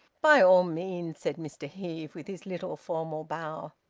by all means, said mr heve, with his little formal bow.